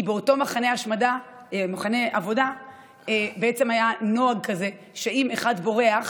כי באותו מחנה עבודה היה נוהג כזה שאם אחד בורח,